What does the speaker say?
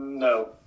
No